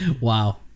wow